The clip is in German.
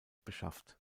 beschafft